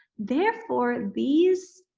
therefore, these